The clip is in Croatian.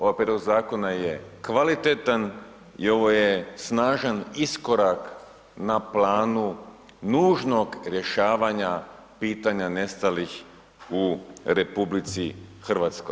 Ovaj prijedlog zakona je kvalitetan i ovo je snažan iskorak na planu nužnog rješavanja pitanja nestalih u RH.